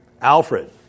Alfred